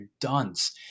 dunce